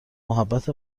محبت